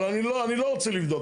אבל אני לא, אני לא רוצה לבדוק.